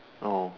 oh